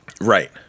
Right